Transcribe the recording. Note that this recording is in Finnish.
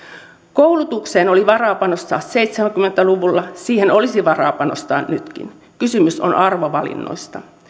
koulutukseen oli varaa panostaa seitsemänkymmentä luvulla siihen olisi varaa panostaa nytkin kysymys on arvovalinnoista